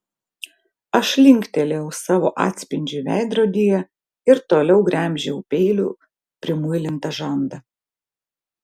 aš linktelėjau savo atspindžiui veidrodyje ir toliau gremžiau peiliu primuilintą žandą